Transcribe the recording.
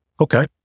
Okay